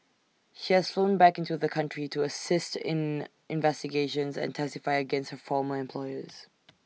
she has flown back into the country to assist in investigations and testify against her former employers